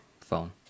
phone